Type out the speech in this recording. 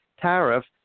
tariff